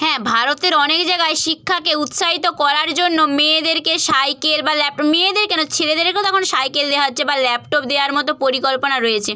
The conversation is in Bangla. হ্যাঁ ভারতের অনেক জাগায় শিক্ষাকে উৎসাহিত করার জন্য মেয়েদেরকে সাইকেল বা ল্যাপটপ মেয়েদের কেন ছেলেদেরকেও তো এখন সাইকেল দেওয়া হচ্ছে বা ল্যাপটপ দেওয়ার মতো পরিকল্পনা রয়েছে